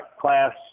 class